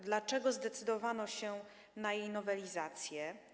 Dlaczego zdecydowano się na jej nowelizację?